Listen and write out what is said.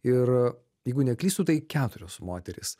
ir jeigu neklystu tai keturios moterys